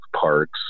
parks